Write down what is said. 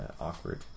awkward